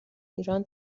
ایران